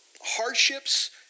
hardships